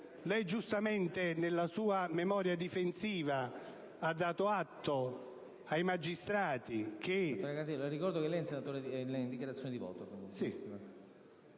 Giustamente, nella sua memoria difensiva, ha dato atto ai magistrati di